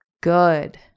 good